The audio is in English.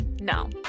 no